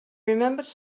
remembered